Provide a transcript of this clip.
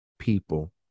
people